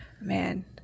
man